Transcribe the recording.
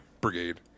Brigade